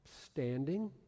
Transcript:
standing